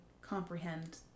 comprehend